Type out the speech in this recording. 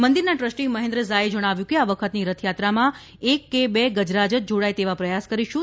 મંદિરના ટ્રસ્ટી મહેન્દ્ર ઝા એ જણાવ્યું હતું કે આ વખતની રથયાત્રામાં એક કે બે ગજરાજ જ જોડાય તેવા પ્રયાસ કરીશું